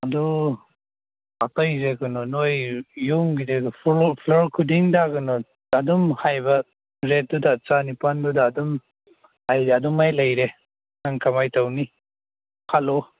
ꯑꯗꯨ ꯑꯇꯩꯁꯦ ꯀꯩꯅꯣ ꯅꯣꯏ ꯌꯨꯝꯒꯤꯗꯤ ꯐ꯭ꯂꯣꯔ ꯈꯨꯗꯤꯡꯗ ꯀꯩꯅꯣ ꯑꯗꯨꯝ ꯍꯩꯕ ꯔꯦꯠꯇꯨꯗ ꯆꯅꯤꯄꯥꯜꯗꯨꯗ ꯑꯗꯨꯝ ꯍꯥꯏ ꯑꯗꯨꯃꯥꯏꯅ ꯂꯩꯔꯦ ꯅꯪ ꯀꯃꯥꯏ ꯇꯧꯅꯤ ꯈꯜꯂꯣ